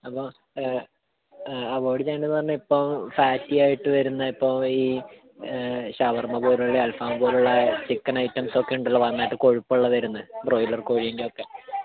അപ്പോൾ അവോയിഡ് ചെയ്യേണ്ടതെന്ന് പറഞ്ഞാൽ ഇപ്പം ഫാറ്റി ആയിട്ട് വരുന്ന ഇപ്പം ഈ ഷവർമ പോലെയുള്ള അൽഫാം പോലെയുള്ള ചിക്കൻ ഐറ്റംസ് ഒക്കെ ഉണ്ടല്ലോ നന്നായിട്ട് കൊഴുപ്പുള്ള വരുന്ന ബ്രോയിലർ കോഴീൻ്റെയൊക്ക